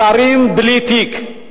שרים בלי תיק.